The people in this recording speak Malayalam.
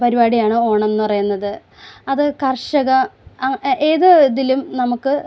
പരിപാടിയാണ് ഓണം എന്ന് പറയുന്നത് അത് കർഷക ആ ഏത് ഇതിലും നമുക്ക്